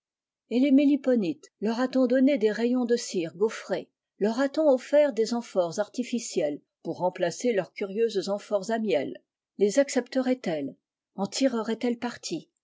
et les liponites leur a-t-on donné des rayons de b gaufrée leur a-t-on offert des amphores ificielles pour remplacer leurs curieuses renforts à miel les accepteraient elles en tireraient elles parti